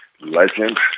legend